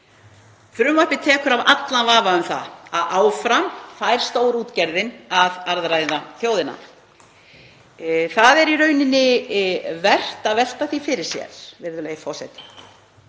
Frumvarpið tekur af allan vafa um það að áfram fær stórútgerðin að arðræna þjóðina. Það er vert að velta því fyrir sér, virðulegi forseti,